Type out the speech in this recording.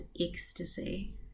ecstasy